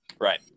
Right